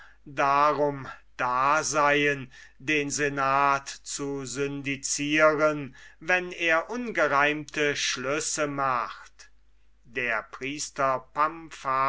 darum da seien den senat zu syndicieren wenn er ungereimte schlüsse macht der priester